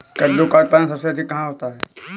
कद्दू का उत्पादन सबसे अधिक कहाँ होता है?